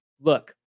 look